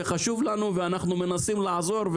וחשוב לנו ואנחנו מנסים לעזור,